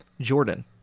Jordan